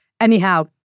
Anyhow